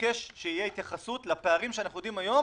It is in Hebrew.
מבקש שתהיה התייחסות לפערים שידועים לנו היום